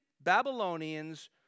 Babylonians